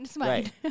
Right